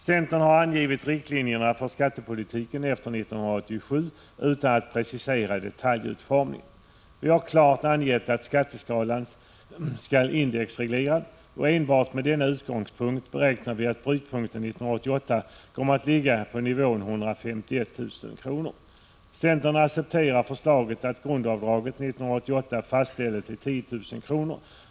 Centern har angivit riktlinjer för skattepolitiken efter 1987, utan att precisera detaljutformningen. Vi har klart angett att skatteskalan skall indexregleras, och enbart med denna utgångspunkt beräknar vi att brytpunkten 1988 kommer att ligga på nivån 151 000 kr. Centern accepterar förslaget att grundavdraget 1988 fastställs till 10 000 kr.